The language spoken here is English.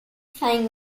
paying